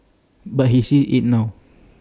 but he sees IT now